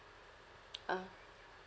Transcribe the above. (uh huh)